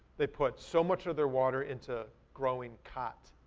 they put so much of their water into growing khat,